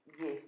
Yes